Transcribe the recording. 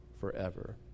forever